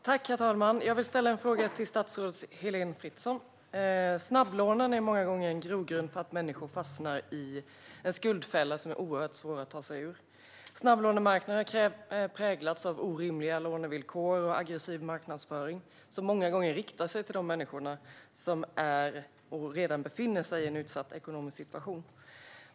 Herr talman! Jag vill ställa en fråga till statsrådet Heléne Fritzon. Snabblån är många gånger en grogrund för att människor fastnar i en skuldfälla som är oerhört svår att ta sig ur. Snabblånemarknaden har präglats av orimliga lånevillkor och aggressiv marknadsföring som många gånger riktar sig till de människor som redan befinner sig i en utsatt ekonomisk situation.